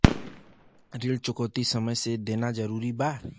ऋण चुकौती समय से देना जरूरी बा?